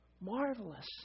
marvelous